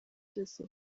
byose